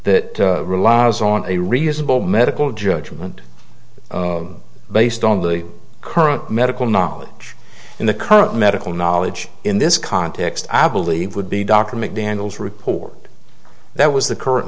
that relies on a reasonable medical judgment based on the current medical knowledge and the current medical knowledge in this context i believe would be dr macdaniels report that was the current